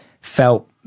felt